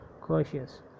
cautious